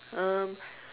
um